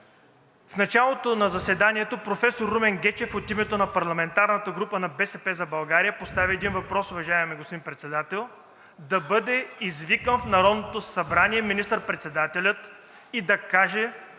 В началото на заседанието професор Румен Гечев от името на парламентарната група на „БСП за България“ постави един въпрос, уважаеми господин Председател, да бъде извикан в Народното събрание министър-председателят и да каже